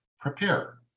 prepare